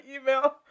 email